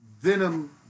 Venom